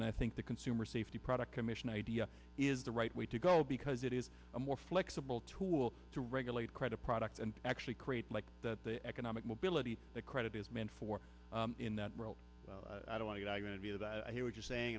and i think the consumer safety product commission idea is the right way to go because it is a more flexible tool to regulate credit product and actually create like that the economic mobility the credit is meant for in that role i don't get i'm going to be that i hear what you're saying